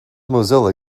mozilla